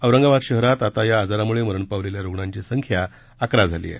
औरंगाबाद शहरात आता या आजारामुळे मरण पावलेल्या रुग्णांची संख्या अकरा झाली आहे